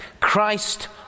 Christ